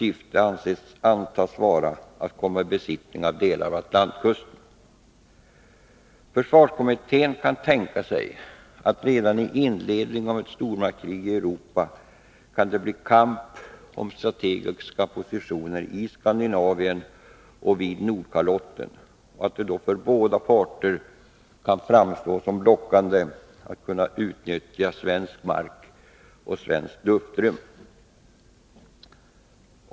syfte antas vara att komma i besittning av delar av Atlantkusten. Försvarskommittén kan tänka sig att redan vid inledningen av ett stormaktskrig i Europa kan det bli en kamp om strategiska positioner i Skandinavien och vid Nordkalotten och att det då för båda parter kan framstå som lockande att kunna utnyttja svensk mark och svenskt luftrum.